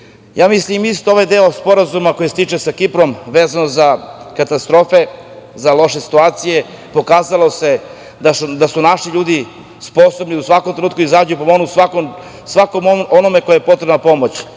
i negovati. Ovaj deo Sporazuma koji se tiče sa Kiprom vezano za katastrofe, za loše situacije, pokazalo se da su naši ljudi sposobni da u svakom trenutku izađu i pomognu svakome kome je pomoć